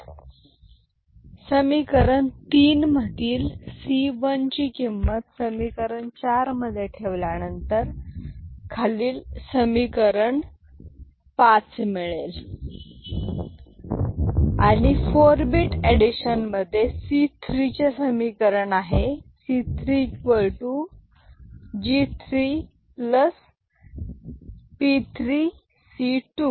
C2 G2 P2C1 समिकरण तीन मधील सी वन ची किंमत समीकरण चार मध्ये ठेवल्यानंतर खालील समीकरण पाच मिळेल C2 G2 P2G1 P1G0 P1P0C 1 C2 G2 P2G1 P2P1G0 P2P1P0C 1 आणि 4 bit एडिशन मध्ये c3 चे समीकरण आहे C3 G3 P3C2